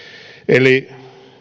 eli